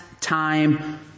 time